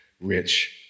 rich